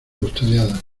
custodiada